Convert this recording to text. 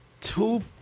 Two